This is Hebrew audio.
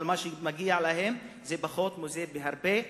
אבל מה שמגיע אליהם זה פחות מזה בהרבה,